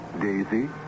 Daisy